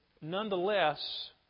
nonetheless